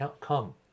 come